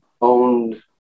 owned